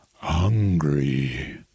hungry